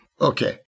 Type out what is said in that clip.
Okay